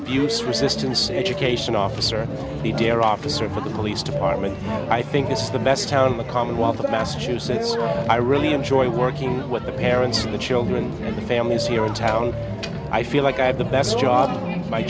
abuse resistance education officer the dear officer for the police department i think it's the best town in the commonwealth of massachusetts i really enjoy working with the parents of the children and the families here in town i feel like i have the best job